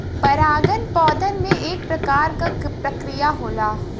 परागन पौधन में एक प्रकार क प्रक्रिया होला